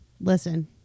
Listen